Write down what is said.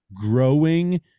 growing